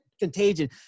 Contagion